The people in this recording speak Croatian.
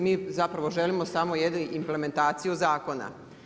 Mi zapravo želimo samo jednu implementaciju zakona.